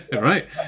Right